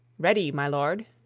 ready, my lord.